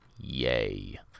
yay